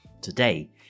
today